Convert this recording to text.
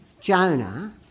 Jonah